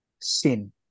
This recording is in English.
sin